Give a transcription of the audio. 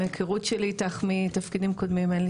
מהיכרות שלי איתך מתפקידים קודמים אין לי